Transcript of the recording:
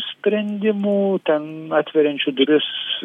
sprendimų ten atveriančių duris